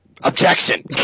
Objection